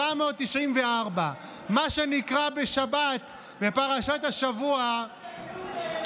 794. מה שנקרא בשבת בפרשת השבוע, די, הפסדת.